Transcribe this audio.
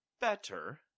better